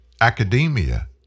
academia